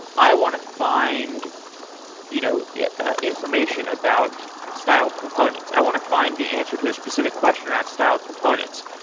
i want to find you know yeah ah information about styled components. i want to find the answer to a specific question around styled components.